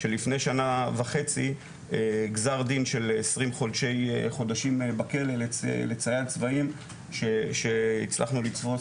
לפני שנה וחצי גזר דין של 20 חודשים בכלא לצייד צבאים שהצלחנו לתפוס